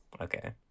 okay